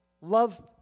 love